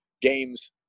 games